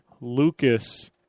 Lucas